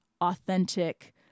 authentic